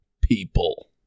people